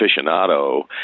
aficionado